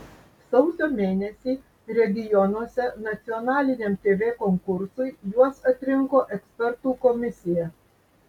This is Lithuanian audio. sausio mėnesį regionuose nacionaliniam tv konkursui juos atrinko ekspertų komisija